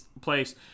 place